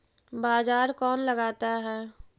बाजार कौन लगाता है?